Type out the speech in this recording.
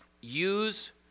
use